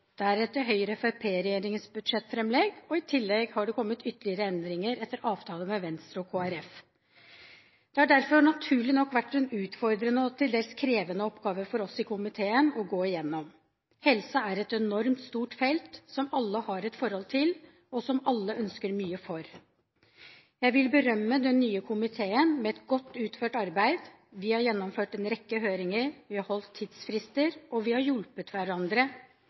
deretter Høyre–Fremskrittspartiet-regjeringens budsjettframlegg, og tillegg har det kommet ytterligere endringer etter avtale med Venstre og Kristelig Folkeparti. Det har derfor naturlig nok vært en utfordrende og til dels krevende oppgave for oss i komiteen å gå igjennom. Helse er et enormt stort felt, som alle har et forhold til, og som alle ønsker mye for. Jeg vil berømme den nye komiteen for et godt utført arbeid. Vi har gjennomført en rekke høringer, vi har holdt tidsfrister og vi har hjulpet hverandre